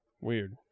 Weird